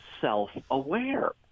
self-aware